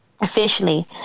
officially